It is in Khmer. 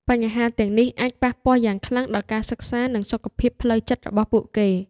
បញ្ហាទាំងនេះអាចប៉ះពាល់យ៉ាងខ្លាំងដល់ការសិក្សា និងសុខភាពផ្លូវចិត្តរបស់ពួកគេ។